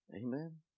Amen